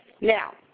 Now